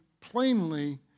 plainly